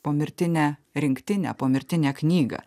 pomirtinę rinktinę pomirtinę knygą